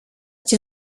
die